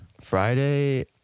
Friday